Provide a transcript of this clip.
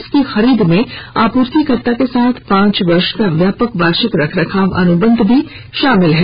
इसकी खरीद में आपूर्तिकर्ता के साथ पांच वर्ष का व्यापक वार्षिक रखरखाव अनुबंध भी शामिल है